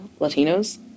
Latinos